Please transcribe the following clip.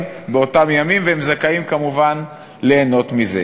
באותם ימים והן זכאיות כמובן ליהנות מזה.